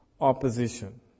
opposition